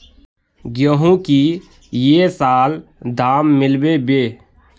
गेंहू की ये साल दाम मिलबे बे?